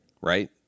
Right